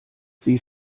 sie